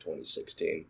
2016